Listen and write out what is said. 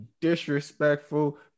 disrespectful